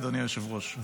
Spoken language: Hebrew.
אדוני היושב-ראש,